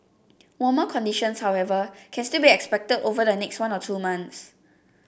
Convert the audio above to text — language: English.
warmer conditions however can still be expected over the next one or two months